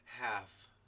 half